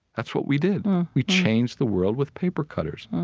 that's what we did mm we changed the world with paper cutters.